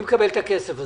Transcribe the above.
מי מקבל את הכסף הזה?